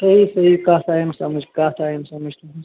ٹھیٖک ٹھیٖک کَتھ آیم سمٕجھ کَتھ آیم سمٕجھ تُہنز